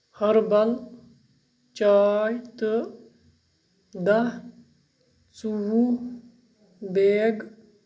herbal چاے تہٕ دَہ ژۆوُہ بیگ